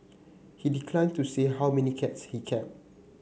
he declined to say how many cats he kept